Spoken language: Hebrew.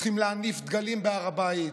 שצריכים להניף דגלים בהר הבית.